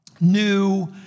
new